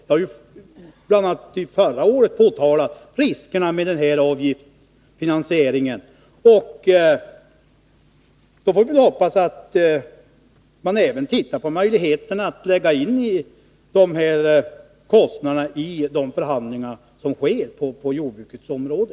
Vi har bl.a. förra året påpekat riskerna med avgiftsfinansieringen. Vi får hoppas att man även ser på möjligheterna att föra in de här kostnaderna vid de förhandlingar som sker på jordbrukets område.